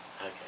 Okay